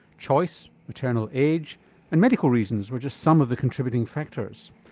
choice, maternal age and medical reasons were just some of the contributing factors.